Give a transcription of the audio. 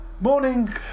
Morning